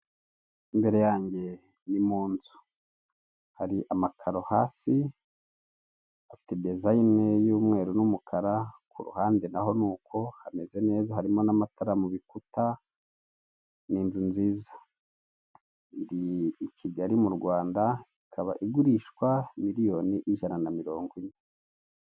Imbere yanje ni munzu, hari amakaro hasi, afite dezayine y'umweru n'umukara, ku ruhande naho ni uko hameze neza harimo n'amatara mu bikuta, ni inzu nziza. Iri i Kigali mu Rwanda ikaba igurishwa miliyoni, ijana na mirongo ine.